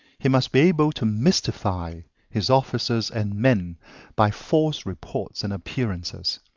he must be able to mystify his officers and men by false reports and appearances,